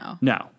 No